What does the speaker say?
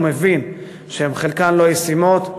מבין שחלקן לא ישימות,